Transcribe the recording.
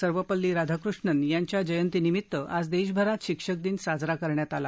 सर्वपल्ली राधाकृष्णन यांच्या जयंतिनिमित्त आज देशभरात शिक्षक दिन साजरा करण्यात आला